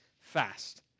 fast